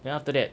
then after that